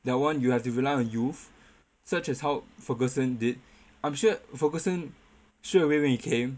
that [one] you have to rely on youth such as how ferguson did I'm sure ferguson straightaway when he came